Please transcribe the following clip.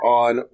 on